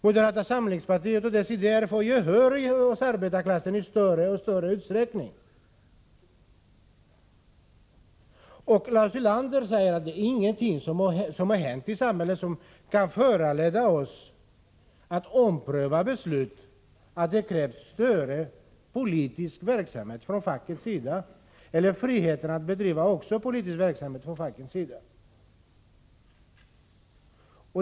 Moderata samlingspartiets idéer vinner allt större gehör i arbetarklassen. Lars Ulander säger att ingenting har hänt i samhället som kan föranleda en ändring av uppfattningen när det gäller större politisk verksamhet från fackets sida eller frihet för facket att bedriva politisk verksamhet.